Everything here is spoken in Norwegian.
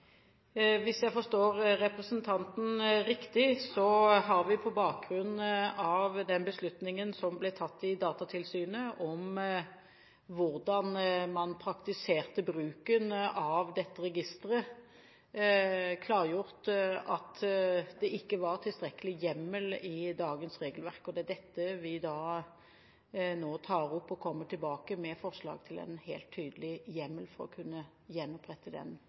Hvis jeg forstår representanten riktig, har vi på bakgrunn av den beslutningen som ble tatt i Datatilsynet om hvordan man praktiserte bruken av dette registeret, klargjort at det ikke var tilstrekkelig hjemmel i dagens regelverk. Det er dette vi nå tar opp, og vi kommer tilbake med forslag til en helt tydelig hjemmel for å kunne gjenopprette den